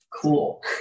Cool